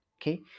okay